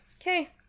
Okay